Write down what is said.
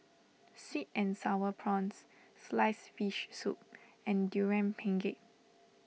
Sweet and Sour Prawns Sliced Fish Soup and Durian Pengat